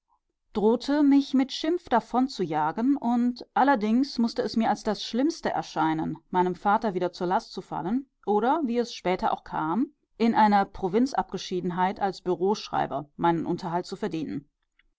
drohte mich mit schimpf davonzujagen und allerdings mußte es mir als das schlimmste erscheinen meinem vater wieder zur last zu fallen oder wie es später auch kam in einer provinzabgeschiedenheit als bureauschreiber meinen unterhalt zu verdienen